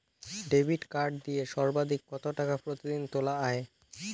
Debit card দিয়ে সর্বাধিক কত টাকা প্রতিদিন তোলা য়ায়?